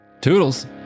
Toodles